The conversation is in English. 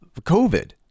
COVID